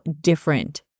different